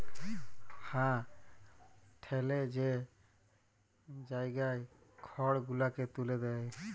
হাঁ ঠ্যালে যে জায়গায় খড় গুলালকে ত্যুলে দেয়